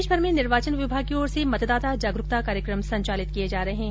प्रदेशभर में निर्वाचन विभाग की ओर से मतदाता जागरूकता कार्यक्रम संचालित किये जा रहे है